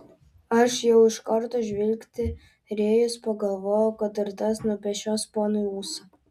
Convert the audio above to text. aš jau iš karto žvilgterėjus pagalvojau kad ir tas nupešios ponui ūsą